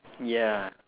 ya